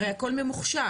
הרי הכל ממוחשב.